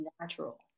natural